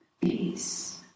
peace